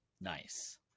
Nice